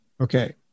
Okay